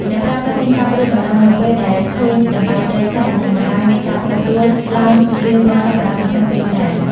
អ្នកប្រើប្រាស់មានការព្រួយបារម្ភនៅពេលដែលឃើញតម្លៃត្រីសាច់ និងបន្លែមានការប្រែប្រួលឡើងរៀងរាល់សប្តាហ៍នៅក្នុងទីផ្សារ។